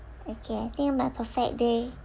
okay I think my perfect day